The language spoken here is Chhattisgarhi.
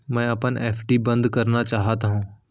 मै अपन एफ.डी बंद करना चाहात हव